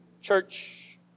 church